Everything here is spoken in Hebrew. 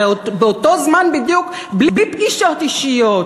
הרי באותו זמן בדיוק, בלי פגישות אישיות,